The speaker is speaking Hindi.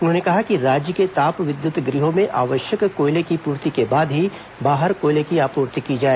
उन्होंने कहा कि राज्य के ताप विद्युत गृहों में आवश्यक कोयले की पूर्ति के बाद ही बाहर कोयले की आपूर्ति की जाए